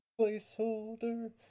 placeholder